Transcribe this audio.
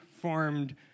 formed